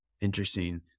Interesting